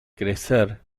crecer